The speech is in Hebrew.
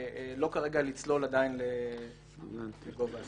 לא כרגע לצלול עדיין לגובה הסכום.